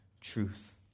truth